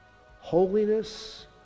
Holiness